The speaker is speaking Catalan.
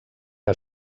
que